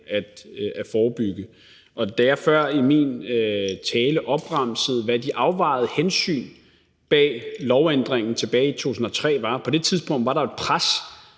at forebygge. Jeg opremsede før i min tale, hvad de afvejede hensyn bag lovændringen tilbage i 2003 var, og på det tidspunkt var der et pres